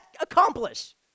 accomplish